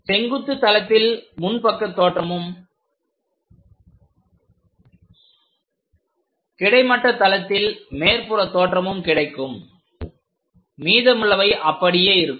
செங்குத்து தளத்தில் முன்பக்கத் தோற்றமும் கிடைமட்ட தளத்தில் மேற்புற தோற்றமும் கிடைக்கும் மீதமுள்ளவை அப்படியே இருக்கும்